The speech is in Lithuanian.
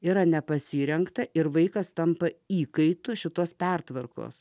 yra nepasirengta ir vaikas tampa įkaitu šitos pertvarkos